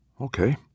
Okay